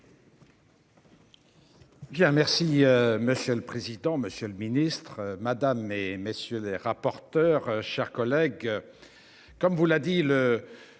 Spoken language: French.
Merci